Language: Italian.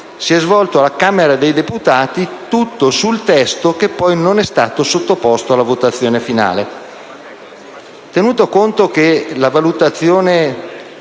sono svolti alla Camera dei deputati su un testo che poi non è stato sottoposto alla votazione finale.